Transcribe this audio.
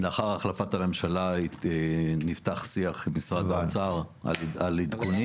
לאחר החלפת הממשלה נפתח שיח עם משרד האוצר על עדכונים.